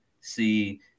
see